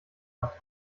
hat